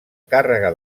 càrrega